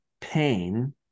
pain